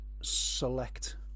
select